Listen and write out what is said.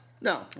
no